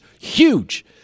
huge